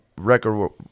record